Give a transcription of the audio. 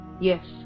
Yes